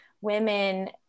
women